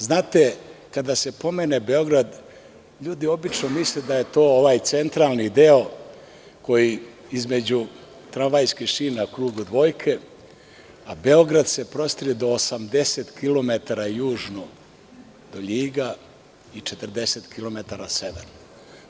Znate, kada se pomene Beograd, ljudi obično misle da je to ovaj centralni deo, koji je između tramvajskih šina u krugu dvojke, a Beograd se prostire od 80 kilometara južno do Ljiga i 40 kilometara severno.